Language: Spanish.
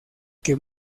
que